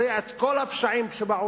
תבצע את כל הפשעים שבעולם,